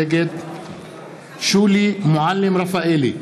נגד שולי מועלם-רפאלי,